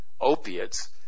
opiates